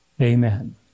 Amen